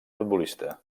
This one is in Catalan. futbolista